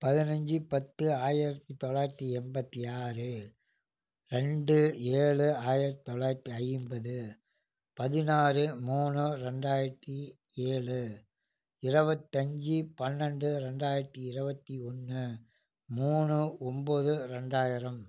பதினைஞ்சி பத்து ஆயிரத்து தொள்ளாயிரத்து எண்பத்து ஆறு ரெண்டு ஏழு ஆயிரத்து தொள்ளாயிரத்து ஐம்பது பதினாறு மூணு ரெண்டாயிரத்து ஏழு இருபத்தஞ்சி பன்னெண்டு ரெண்டாயிரத்து இருபத்தி ஒன்று மூணு ஒம்பது ரெண்டாயிரம்